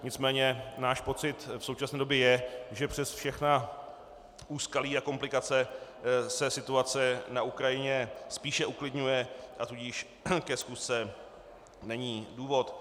Nicméně náš pocit v současné době je, že přes všechna úskalí a komplikace se situace na Ukrajině spíše uklidňuje, a tudíž ke schůzce není důvod.